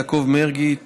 יעקב מרגי,